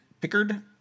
Pickard